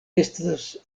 estas